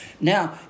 now